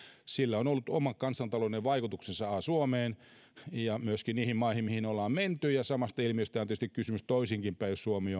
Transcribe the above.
sillä on ollut oma kansantaloudellinen vaikutuksensa paitsi suomeen myöskin niihin maihin mihin ollaan menty ja samasta ilmiöstä on tietysti kysymys toisinkinpäin kun suomi